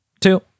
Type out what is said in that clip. two